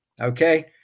okay